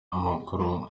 amakuru